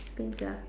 things sia